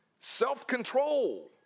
self-control